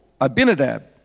Abinadab